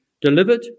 delivered